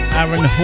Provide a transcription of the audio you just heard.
Aaron